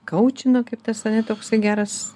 kaučino kaip tas ane toksai geras